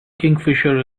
kingfisher